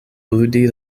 ludi